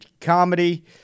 comedy